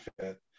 fit